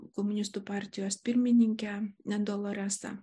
komunistų partijos pirmininkę doloresą